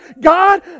God